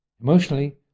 Emotionally